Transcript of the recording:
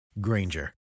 Granger